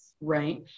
right